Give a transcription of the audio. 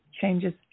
changes